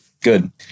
Good